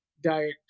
Diet